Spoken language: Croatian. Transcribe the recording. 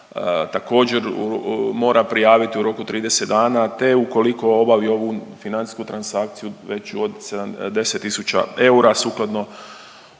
također mora prijaviti u roku 30 dana te ukoliko obavi ovu financijsku transakciju veću od sed… 10 tisuća eura sukladno